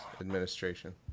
administration